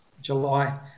July